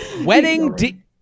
Wedding